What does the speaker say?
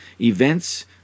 Events